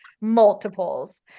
multiples